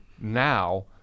now